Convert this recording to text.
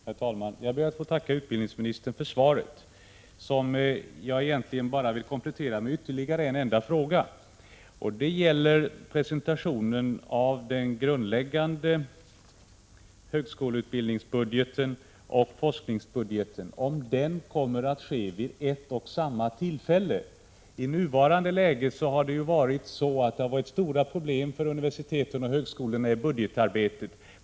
Herr talman! Jag ber att få tacka utbildningsministern för svaret, som jag bara vill komplettera med ytterligare en enda fråga. Den gäller huruvida presentationen av den grundläggande högskoleutbildningens budget och forskningsbudgeten kommer att ske vid ett och samma tillfälle. I nuvarande läge har universitetsoch högskolorna haft stora problem med budgetarbetet.